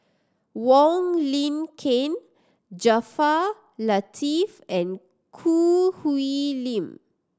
Wong Lin Ken Jaafar Latiff and Choo Hwee Lim